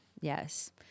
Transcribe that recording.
yes